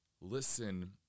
Listen